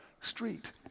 street